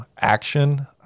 action